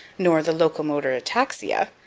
nor the locomotor ataxia.